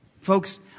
Folks